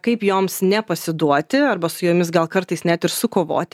kaip joms nepasiduoti arba su jomis gal kartais net ir sukovoti